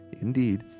indeed